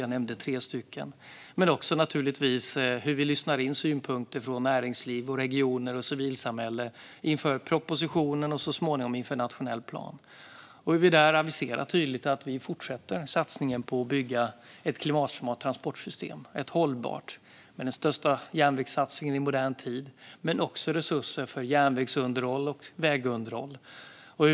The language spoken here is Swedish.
Jag nämnde tre stycken. Vi jobbar naturligtvis också med att lyssna in synpunkter från näringsliv, regioner och civilsamhälle inför propositionen och så småningom inför nationell plan. Där aviserar vi tydligt att vi fortsätter med satsningen på att bygga ett klimatsmart och hållbart transportsystem. Det gör vi genom den största järnvägssatsningen i modern tid men genom också resurser till järnvägsunderhåll och vägunderhåll.